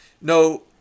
no